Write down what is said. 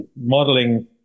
modeling